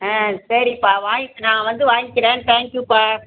ஆ சரிப்பா வாங்கி நான் வந்து வாங்கிக்கிறேன் தேங்க்யூப்பா